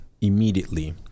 immediately